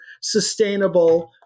sustainable